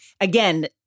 again